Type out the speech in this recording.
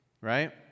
right